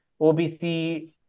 OBC